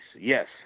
yes